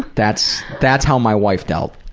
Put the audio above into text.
that's that's how my wife dealt,